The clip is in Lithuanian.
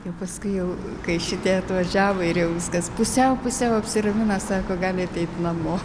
jau paskui jau kai šitie atvažiavo ir jau viskas pusiau pusiau apsiramina sako galit eit namo